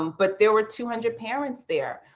um but there were two hundred parents there.